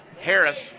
Harris